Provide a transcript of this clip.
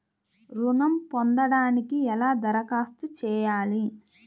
ఋణం పొందటానికి ఎలా దరఖాస్తు చేయాలి?